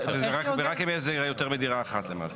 ורק אם מדובר ביותר מדירה אחת.